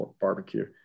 barbecue